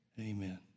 amen